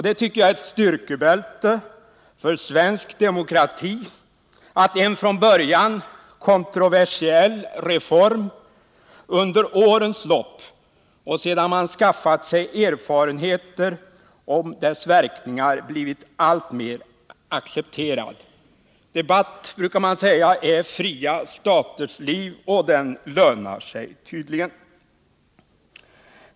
Det tycker jag är ett styrkebälte för svensk demokrati, att en från början kontroversiell reform under årens lopp och sedan man skaffat sig erfarenheter om dess verkningar blivit alltmer accepterad. Debatt är, brukar man säga, fria staters liv, och den lönar sig tydligen.